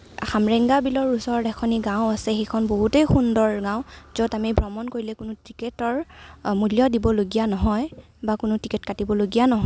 খামৰেংগা বিলৰ ওচৰতে এখনি গাঁও আছে সেইখন বহুতেই সুন্দৰ গাঁও য'ত আমি ভ্ৰমণ কৰিলে কোনো টিকেটৰ মূল্য দিবলগীয়া নহয় বা কোনো টিকেট কাটিবলগীয়া নহয়